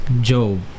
Job